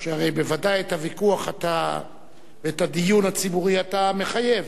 שהרי בוודאי את הוויכוח ואת הדיון הציבורי אתה מחייב.